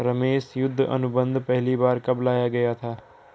रमेश युद्ध अनुबंध पहली बार कब लाया गया था?